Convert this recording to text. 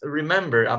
remember